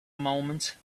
moment